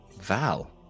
val